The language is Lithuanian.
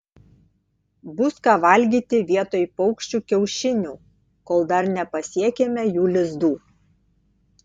bus ką valgyti vietoj paukščių kiaušinių kol dar nepasiekėme jų lizdų